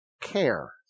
care